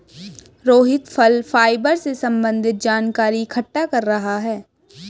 रोहित फल फाइबर से संबन्धित जानकारी इकट्ठा कर रहा है